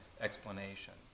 explanation